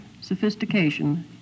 sophistication